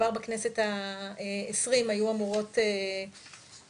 כבר בכנסת ה-20, היו אמורות לעבור.